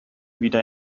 wieder